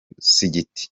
musigiti